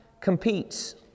competes